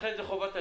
לכן חובת הדיווח.